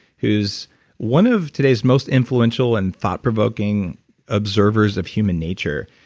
who's one of today's most influential and thoughtprovoking observers of human nature,